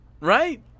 right